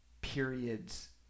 periods